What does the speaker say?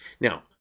Now